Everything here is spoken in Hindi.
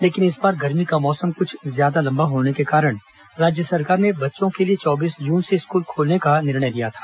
लेकिन इस बार गर्मी का मौसम कुछ ज्यादा लम्बा होने के कारण राज्य सरकार ने बच्चों के लिए चौबीस जून से स्कूल खोलने का निर्णय लिया था